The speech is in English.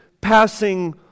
passing